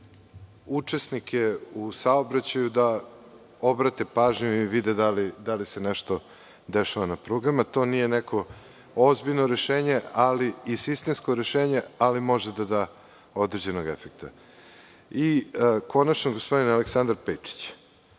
učesnike u saobraćaju da obrate pažnju i vide da li se nešto dešava na prugama. To nije neko ozbiljno rešenje i sistemsko rešenje, ali može da da određenog efekta. Konačno, gospodin Aleksandar Pejčić,